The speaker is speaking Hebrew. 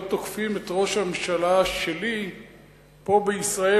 לא תוקפים את ראש הממשלה שלי פה בישראל